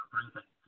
breathing